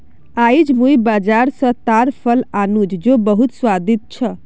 आईज मुई बाजार स ताड़ फल आन नु जो बहुत स्वादिष्ट छ